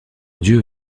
dieu